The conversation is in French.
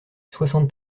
soixante